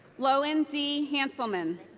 lowen d. hanselman.